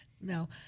No